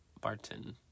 Barton